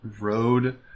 road